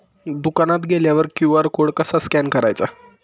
दुकानात गेल्यावर QR code कसा स्कॅन करायचा?